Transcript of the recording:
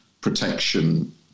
protection